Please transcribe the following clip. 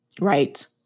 Right